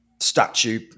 statue